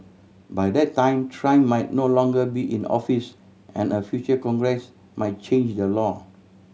by that time Trump might no longer be in office and a future Congress might change the law